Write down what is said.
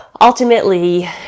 Ultimately